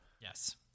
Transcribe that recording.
Yes